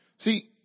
See